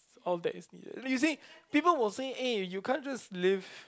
all that is needed like you see people will say eh you can't just live